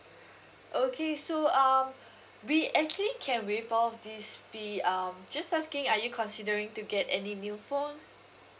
okay so um we actually can waive all of these fee um just asking are you considering to get any new phone